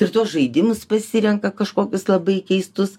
ir tuos žaidimus pasirenka kažkokius labai keistus